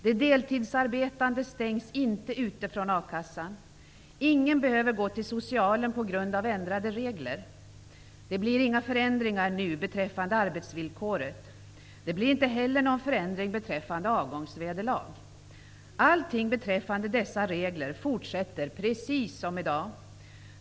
De deltidsarbetande stängs inte ute från a-kassan. Ingen behöver gå till socialen på grund av ändrade regler. Det blir inga förändringar beträffande arbetsvillkoret. Det blir inte heller någon förändring beträffande avgångsvederlag. Allting beräffande dessa regler fortsätter precis som i dag.